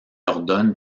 ordonne